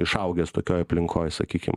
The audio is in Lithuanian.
išaugęs tokioj aplinkoj sakykim